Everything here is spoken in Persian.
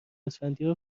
اسفندیار